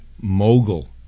mogul